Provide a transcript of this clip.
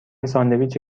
ساندویچ